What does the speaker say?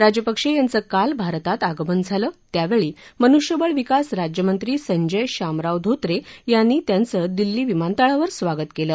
राजपक्षे यांचं काल भारतात आगमन झालं त्यावेळी मनुष्यबळ विकास राज्यमंत्री संजय शामराव धोत्रे यांनी त्यांचं दिल्ली विमानतळावर स्वागत केलं